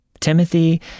Timothy